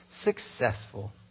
successful